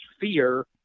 fear